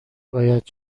باید